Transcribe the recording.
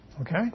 Okay